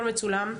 הכול מצולם,